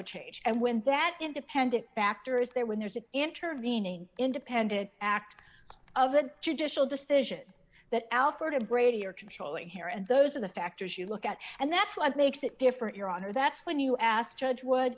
change and when that independent factor is there when there's an intervening independent act of a judicial decision that alford a brady or controlling here and those are the factors you look at and that's what makes it different your honor that's when you ask judge